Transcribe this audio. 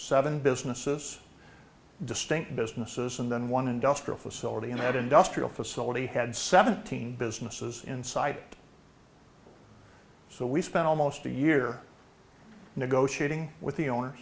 seven businesses distinct businesses and then one industrial facility in that industrial facility had seventeen businesses inside so we spent almost a year negotiating with the owner